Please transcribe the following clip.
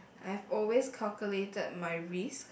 I've always calculated my risk